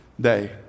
Day